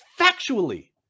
factually